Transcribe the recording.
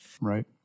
Right